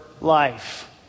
life